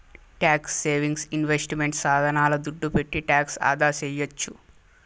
tax saving investment సాధనాల దుడ్డు పెట్టి టాక్స్ ఆదాసేయొచ్చు